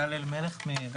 טל אלימלך, מאגף